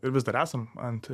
ir vis dar esam ant